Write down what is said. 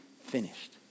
finished